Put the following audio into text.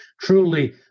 truly